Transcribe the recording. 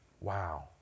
Wow